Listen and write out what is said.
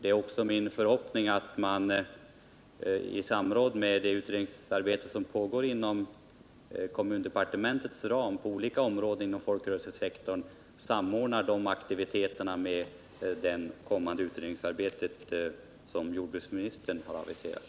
Det är också min förhoppning att regeringen i samband med det utredningsarbete som pågår inom kommundepartementets ram på olika områden inom folkrörelsesektorn samordnar de aktiviteterna med det kommande utredningsarbete som jordbruksministern har aviserat.